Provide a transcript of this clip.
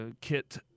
kit